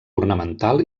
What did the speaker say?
ornamental